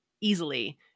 easily